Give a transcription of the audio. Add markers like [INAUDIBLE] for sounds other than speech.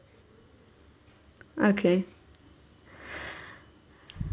okay [BREATH]